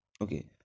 Okay